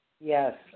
Yes